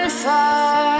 far